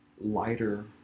lighter